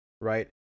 right